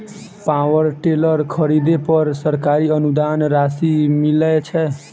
Power tiller खरीदे पर सरकारी अनुदान राशि मिलय छैय?